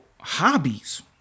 hobbies